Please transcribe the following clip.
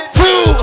two